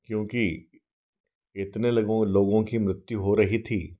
क्योंकि इतने लगों लोगों की मृत्यु हो रही थी